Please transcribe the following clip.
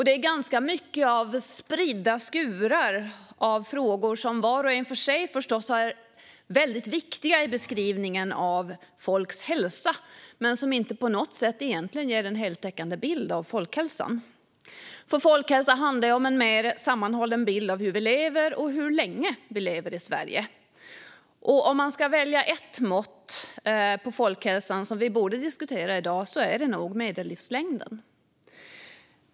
Det är spridda skurar av frågor som var och en för sig förstås är väldigt viktig i beskrivningen av folks hälsa men som egentligen inte ger en heltäckande bild av folkhälsan. Folkhälsa handlar om en mer sammanhållen bild av hur vi lever och hur länge vi lever i Sverige, och ska man välja ett mått på folkhälsan som vi borde diskutera i dag är det nog medellivslängden.